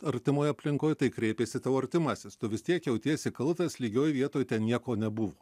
artimoje aplinkoj tai kreipėsi tavo artimasis tu vis tiek jautiesi kaltas lygioj vietoj ten nieko nebuvo